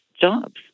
jobs